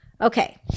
Okay